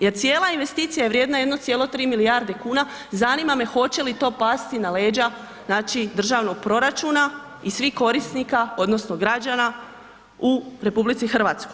Jer cijela investicija je vrijedna 1,3 milijarde kuna, zanima me hoće li to pasti na leđa, znači državnog proračuna i svih korisnika odnosno građana u RH.